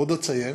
עוד אציין